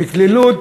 בקלילות